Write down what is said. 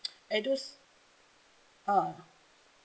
edus~ ah